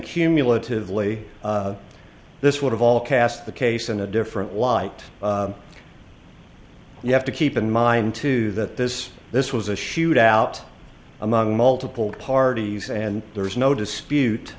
cumulatively this would have all cast the case in a different light you have to keep in mind too that this this was a shoot out among multiple parties and there's no dispute